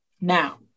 Now